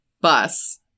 bus-